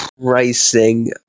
pricing